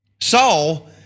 Saul